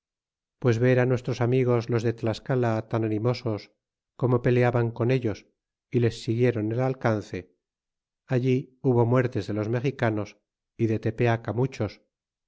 pues ver nuestros amigos los de tlascala tan animosos como peleaban con ellos y les siguieron el alcance allí hubo muertes de los mexicanos y de tepeaca